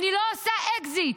אני לא עושה אקזיט,